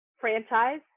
franchise